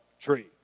tree